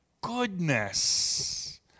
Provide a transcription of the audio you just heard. Goodness